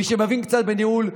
מי שמבין קצת בניהול יודע: